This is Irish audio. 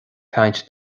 caint